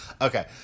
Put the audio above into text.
Okay